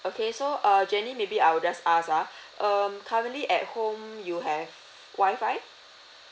okay so uh jenny maybe I'll just ask ah um currently at home you have Wi-Fi